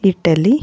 Italy